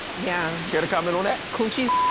yeah. care to comment on that. coochie's